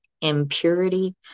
impurity